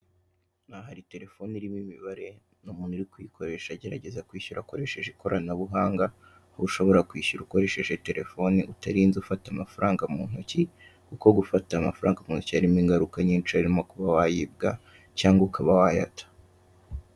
Aha hari telefoni irimo imibare, ni umuntu uri kuyikoresha agerageza kwishyura akoresheje ikoranabuhanga, aho ushobora kwishyura ukoresheje telefone utarinze ufata amafaranga mu ntoki, kuko gufata amafaranga mu ntoki harimo ingaruka nyinshi, harimo kuba wayibwa cyangwa ukaba wayata.